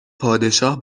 پادشاه